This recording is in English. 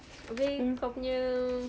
habis kau punya